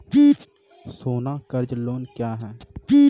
सोना कर्ज लोन क्या हैं?